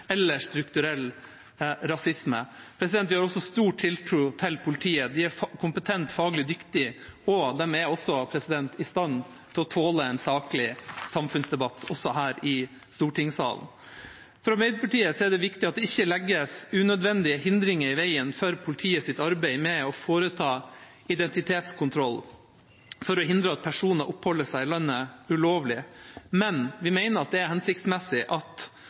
eller strukturell rasisme. Vi har også stor tiltro til politiet. De er kompetente, faglig dyktige og også i stand til å tåle en saklig samfunnsdebatt her i stortingssalen. For Arbeiderpartiet er det viktig at det ikke legges unødvendige hindringer i veien for politiets arbeid med å foreta identitetskontroll for å hindre at personer oppholder seg i landet ulovlig, men vi mener at det er hensiktsmessig at